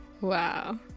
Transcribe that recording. wow